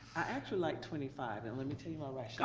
i actually like twenty five, and let me tell you my rationale.